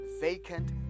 vacant